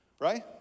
right